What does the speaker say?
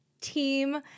team